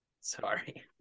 Sorry